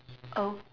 oh